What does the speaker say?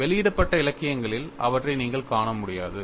வெளியிடப்பட்ட இலக்கியங்களில் அவற்றை நீங்கள் காண முடியாது